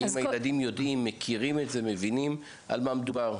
האם הילדים יודעים ומכירים, מבינים על מה מדובר?